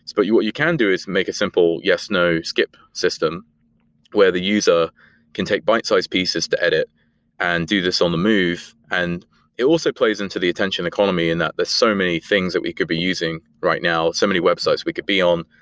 but what you can do is make a simple yes, no skip system where the user can take bite size pieces to edit and do this on the move, and it also plays into the attention economy and that there's so many things that we could be using right now. so many websites we could be on.